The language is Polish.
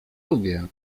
lubię